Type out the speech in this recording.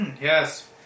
Yes